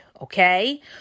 okay